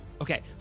okay